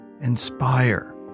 inspire